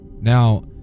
Now